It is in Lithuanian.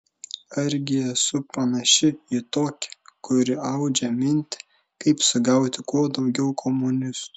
argi esu panaši į tokią kuri audžia mintį kaip sugauti kuo daugiau komunistų